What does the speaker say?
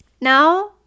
Now